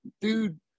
dude